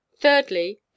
Thirdly